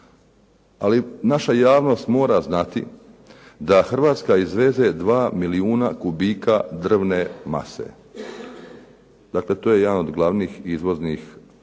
Ali naša javnost mora znati da Hrvatska izveze 2 milijuna kubika drvne mase. Dakle, to je jedan od glavnih izvoznih